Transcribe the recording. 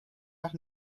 nach